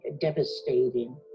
devastating